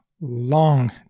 long